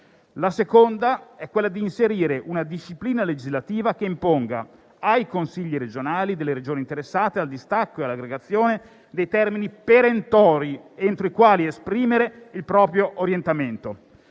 Il secondo ambito è inserire una disciplina legislativa che imponga ai Consigli regionali delle Regioni interessate al distacco e all'aggregazione dei termini perentori entro i quali esprimere il proprio orientamento.